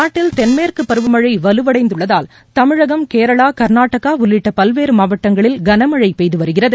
நாட்டில் தென்மேற்கு பருவமழை வலுவடைந்துள்ளதால் தமிழகம் கேரளா கர்நாடகா உள்ளிட்ட பல்வேறு மாவட்டங்களில் கனமழை பெய்து வருகிறது